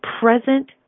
present